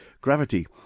Gravity